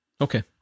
Okay